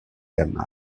them